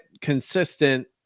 consistent